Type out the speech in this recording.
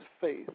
faith